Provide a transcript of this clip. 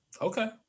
Okay